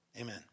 amen